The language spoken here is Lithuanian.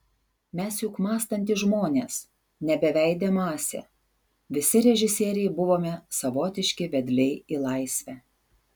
mes juk mąstantys žmonės ne beveidė masė visi režisieriai buvome savotiški vedliai į laisvę